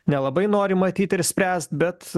nelabai nori matyti ir spręst bet